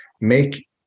Make